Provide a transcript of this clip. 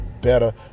better